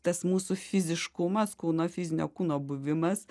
tas mūsų fiziškumas kūno fizinio kūno buvimas